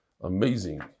Amazing